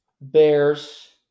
Bears